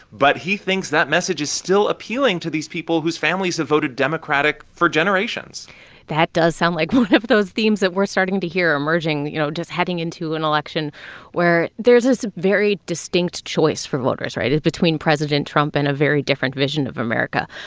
but he thinks that message is still appealing to these people whose families have voted democratic for generations that does sound like one of those themes that we're starting to hear emerging, you know, just heading into an election where there's this very distinct choice for voters, right? it's between president trump and a very different vision of america.